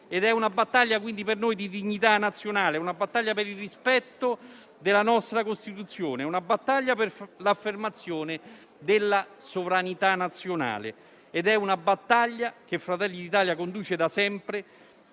noi è una battaglia di dignità nazionale, una battaglia per il rispetto della nostra Costituzione, una battaglia per l'affermazione della sovranità nazionale ed è una battaglia che Fratelli d'Italia conduce da sempre